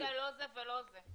כרגע לא זה ולא זה.